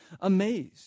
amazed